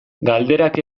galderak